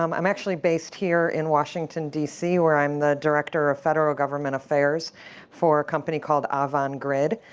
um i'm actually based here in washington dc, where i'm the director of federal government affairs for a company called avangrid.